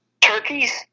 turkeys